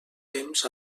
temps